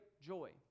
joy